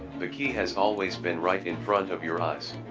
the key has always been right in front of your eyes.